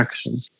action